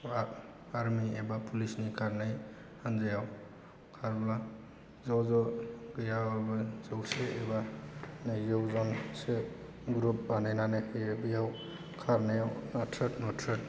army एबा पुलिसनि खारनाय हानजायाव खारोब्ला ज' ज' गैयाब्लाबो जौसे एबा नैजौ जनसो ग्रुप बानायनानै होयो बैयाव खारनायाव नाथ्रोत नुथ्रोत